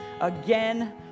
again